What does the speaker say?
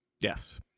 Yes